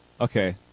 Okay